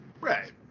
Right